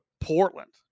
Portland